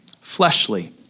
fleshly